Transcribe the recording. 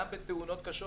גם בתאונות קשות